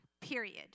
period